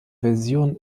version